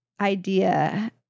idea